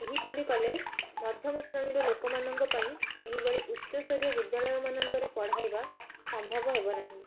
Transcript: ଏହିପରି କଲେ ମଧ୍ୟମ ଶ୍ରେଣୀର ଲୋକମାନଙ୍କ ପାଇଁ ଏହିଭଳି ଉଚ୍ଚ ସ୍ତରୀୟ ବିଦ୍ୟାଳୟ ମାନଙ୍କରେ ପଢ଼ାଇବା ସମ୍ଭବ ହେବ ନାହଁ